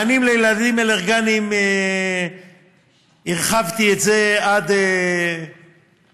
מענים לילדים אלרגיים הרחבתי את זה עד דצמבר.